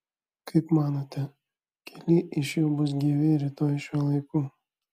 kaip manote keli iš jų bus gyvi rytoj šiuo laiku